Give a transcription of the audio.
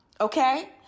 okay